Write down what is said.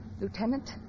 Lieutenant